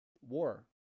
war